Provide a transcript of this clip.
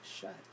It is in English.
shut